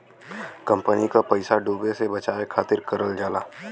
company क पइसा डूबे से बचावे खातिर करल जाला